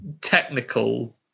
technical